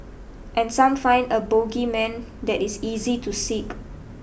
and some find a bogeyman that is easy to seek